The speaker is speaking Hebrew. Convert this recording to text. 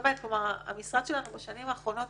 באמת, המשרד שלנו בשנים האחרונות